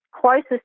closest